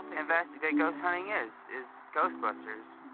investigative ghost hunting is. is ghost busters,